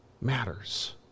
matters